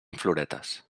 floretes